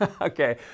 Okay